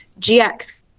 GX